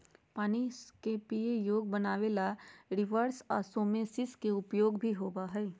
पानी के पीये योग्य बनावे ला रिवर्स ओस्मोसिस के उपयोग भी होबा हई